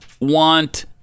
want